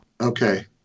Okay